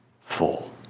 full